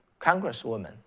congresswoman